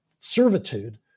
servitude